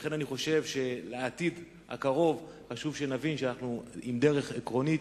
ולכן אני חושב שלעתיד הקרוב חשוב שנבין שאנחנו עם דרך עקרונית,